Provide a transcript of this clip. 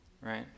right